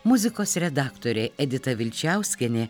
muzikos redaktorė edita vilčiauskienė